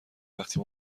وقتی